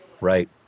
right